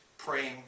praying